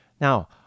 Now